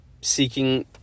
seeking